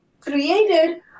created